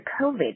COVID